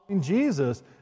Jesus